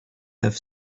have